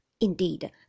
indeed